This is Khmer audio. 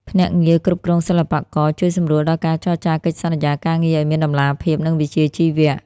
ភ្នាក់ងារគ្រប់គ្រងសិល្បករ ជួយសម្រួលដល់ការចរចាកិច្ចសន្យាការងារឱ្យមានតម្លាភាព និងវិជ្ជាជីវៈ។